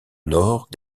nord